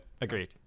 Agreed